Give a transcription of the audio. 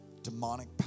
demonic